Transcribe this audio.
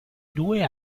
due